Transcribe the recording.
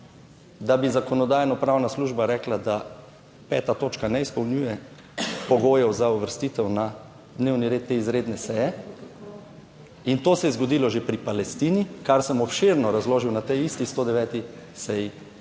da bi Zakonodajno-pravna služba rekla, da 5. točka ne izpolnjuje pogojev za uvrstitev na dnevni red te izredne seje? In to se je zgodilo že pri Palestini, kar sem obširno razložil na tej isti 109. seji